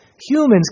humans